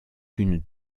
une